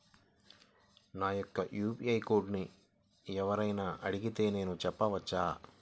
నా యొక్క యూ.పీ.ఐ కోడ్ని ఎవరు అయినా అడిగితే నేను చెప్పవచ్చా?